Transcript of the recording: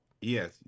Yes